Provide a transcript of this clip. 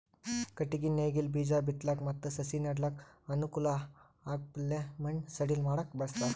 ಕಟ್ಟಗಿ ನೇಗಿಲ್ ಬೀಜಾ ಬಿತ್ತಲಕ್ ಮತ್ತ್ ಸಸಿ ನೆಡಲಕ್ಕ್ ಅನುಕೂಲ್ ಆಗಪ್ಲೆ ಮಣ್ಣ್ ಸಡಿಲ್ ಮಾಡಕ್ಕ್ ಬಳಸ್ತಾರ್